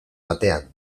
batean